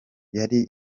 yari